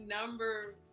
number